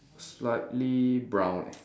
slightly brown leh